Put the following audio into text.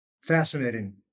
Fascinating